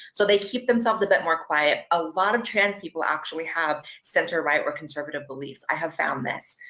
so they keep themselves a bit more quiet. a lot of trans people actually have centre-right or conservative beliefs. i have found this.